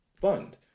fund